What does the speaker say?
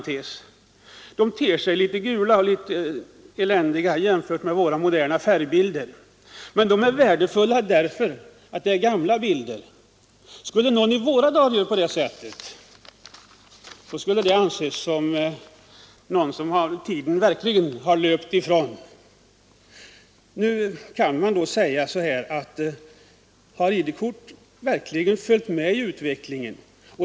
Dessa gamla kort ter sig litet gula och eländiga jämfört med moderna färgbilder, men de är värdefulla därför att de är gamla. Om någon i dag skulle ta bilder med en sådan gammal kamera, skulle det säkert betraktas som om tiden verkligen löpt ifrån honom. Har AB ID-kort verkligen följt med i utvecklingen?